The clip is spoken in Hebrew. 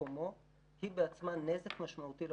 ממקומו היא בעצמה נזק משמעותי לקשיש.